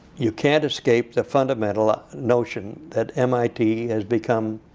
you can't escape the fundamental ah notion that mit has become